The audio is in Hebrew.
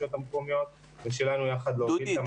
הרשויות המקומיות ושלנו ביחד להוביל את המערכת.